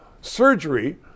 surgery